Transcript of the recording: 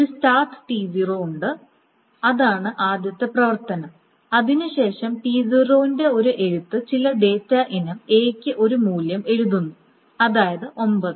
ഒരു start T0 ഉണ്ട് അതാണ് ആദ്യത്തെ പ്രവർത്തനം അതിനുശേഷം T0 ന്റെ ഒരു എഴുത്ത് ചില ഡാറ്റ ഇനം A യ്ക്ക് ഒരു മൂല്യം എഴുതുന്നു അതായത് 9